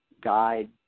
guide